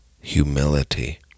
humility